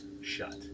shut